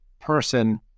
person